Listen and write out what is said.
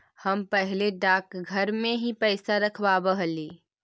हम पहले डाकघर में ही पैसा रखवाव हली